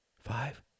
Five